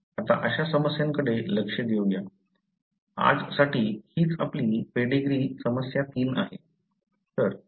आता अशा समस्यांकडे लक्ष देऊ या आजसाठी हीच आपली पेडीग्री समस्या-3 आहे